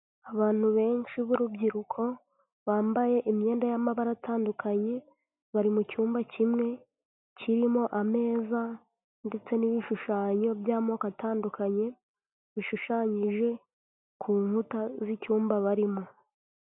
Abantu benshi b'urubyiruko bambaye imyenda y'amabara atandukanye, bari mu cyumba kimwe kirimo ameza ndetse n'ibishushanyo by'amoko atandukanye bishushanyije ku nkuta z'icyumba barimo.